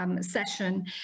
session